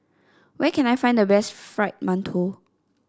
where can I find the best Fried Mantou